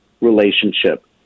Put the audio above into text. relationship